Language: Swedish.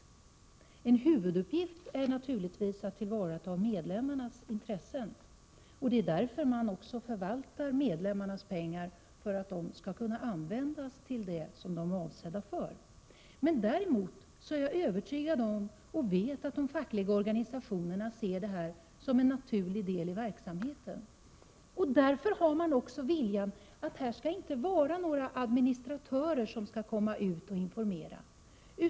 En facklig organisations huvuduppgift är naturligtvis att tillvarata medlemmarnas intressen, och man förvaltar medlemmarnas pengar så att de skall kunna användas till det de är avsedda för. Däremot är jag övertygad om och vet att de fackliga organisationerna ser informationsverksamheten som en naturlig del av deras verksamhet. Därför har de fackliga organisationerna en vilja att det inte skall vara några administratörer som går ut och informerar.